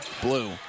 Blue